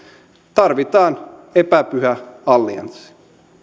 tarvitaan epäpyhä allianssi